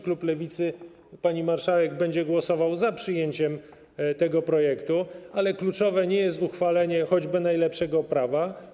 Klub Lewicy, pani marszałek, będzie głosował za przyjęciem tego projektu, ale kluczowe nie jest uchwalenie choćby najlepszego prawa.